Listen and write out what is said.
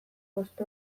bost